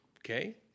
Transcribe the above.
Okay